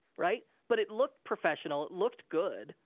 right? but it looked professional. it looked good.